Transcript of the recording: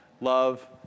Love